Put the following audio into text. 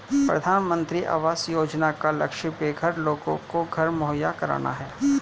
प्रधानमंत्री आवास योजना का लक्ष्य बेघर लोगों को घर मुहैया कराना है